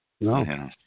No